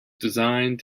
designed